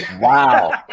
Wow